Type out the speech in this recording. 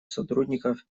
сотрудников